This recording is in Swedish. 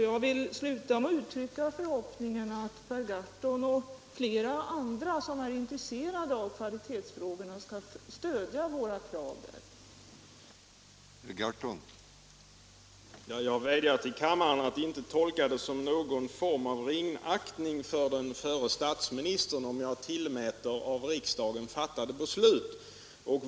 Jag vill sluta med att uttrycka förhoppningen att herr Gahrton och flera andra som är intresserade av kvalitetsfrågorna skall stödja våra krav där.